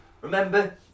Remember